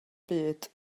byd